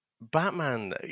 batman